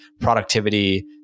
productivity